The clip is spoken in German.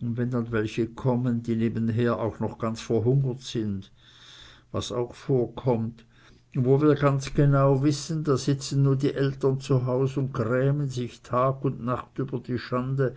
und wenn dann welche kommen die nebenher auch noch ganz verhungert sind was auch vorkommt und wo wir ganz genau wissen da sitzen nu die eltern zu hause un grämen sich tag und nacht über die schande